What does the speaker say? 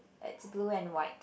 it's blue and white